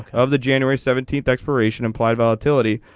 of the january seventeenth expiration implied volatility.